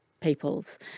peoples